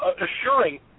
assuring